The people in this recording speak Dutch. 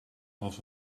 als